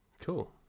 Cool